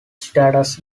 status